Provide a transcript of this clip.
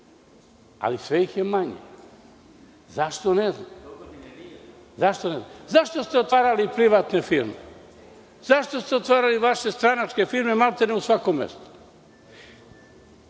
ali sve ih je manje. Zašto? Ne znam.Zašto ste otvarali privatne firme? Zašto ste otvarali vaše stranačke firme maltene u svakom mestu?